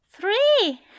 Three